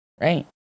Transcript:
right